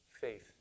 faith